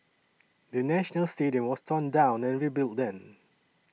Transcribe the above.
the National Stadium was torn down and rebuilt then